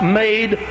made